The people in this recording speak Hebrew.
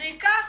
זה ייקח